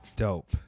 Dope